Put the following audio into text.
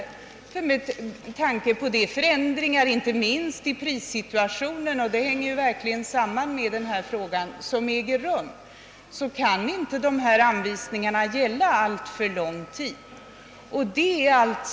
Med hänsyn bla. till prisutvecklingen kan dessa anvisningar inte gälla alltför lång tid.